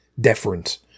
Deference